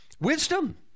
wisdom